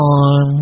on